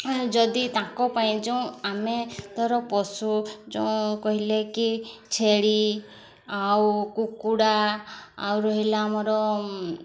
ଯଦି ତାଙ୍କ ପାଇଁ ଯେଉଁ ଆମେ ଧର ପଶୁ ଯେଉଁ କହିଲେ କି ଛେଳି ଆଉ କୁକୁଡ଼ା ଆଉ ରହିଲା ଆମର